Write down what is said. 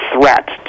threat